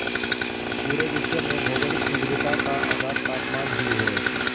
पूरे विश्व में भौगोलिक विविधता का आधार तापमान ही है